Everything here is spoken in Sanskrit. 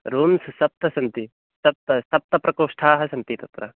रूम्स् सप्त सन्ति सप्त सप्तप्रकोष्ठाः सन्ति तत्र